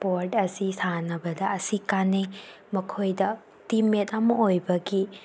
sport ꯑꯁꯤ ꯁꯥꯟꯅꯕꯗ ꯑꯁꯤ ꯀꯥꯟꯅꯩ ꯃꯈꯣꯏꯗ ꯇꯤꯝ ꯃꯦꯠ ꯑꯃ ꯑꯣꯏꯕꯒꯤ